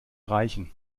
reichen